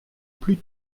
plus